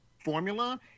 formula